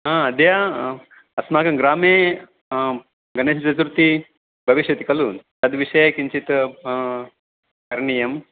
हा अद्य अस्माकं ग्रामे गणेशचतुर्थी भविष्यति खलु तद् विषये किञ्चित् करणीयम्